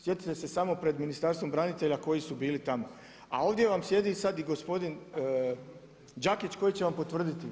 Sjetite se samo pred Ministarstvom branitelja koji su bili tamo a ovdje vam sjedi sad i gospodin Đakić koji će vam potvrditi.